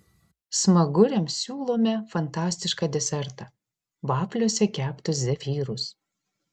smaguriams siūlome fantastišką desertą vafliuose keptus zefyrus